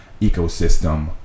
ecosystem